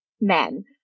men